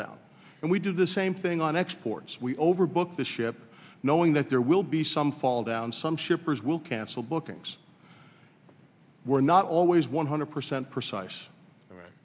down and we do the same thing on exports we overbooked the ship knowing that there will be some fall down some shippers will cancel bookings were not always one hundred percent precise